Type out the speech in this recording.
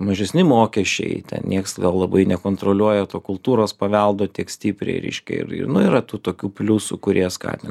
mažesni mokesčiai ten nieks gal labai nekontroliuoja to kultūros paveldo tiek stipriai reiškia ir ir nu yra tų tokių pliusų kurie skatina